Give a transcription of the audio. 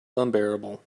unbearable